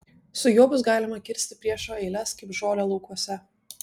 su juo bus galima kirsti priešo eiles kaip žolę laukuose